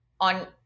on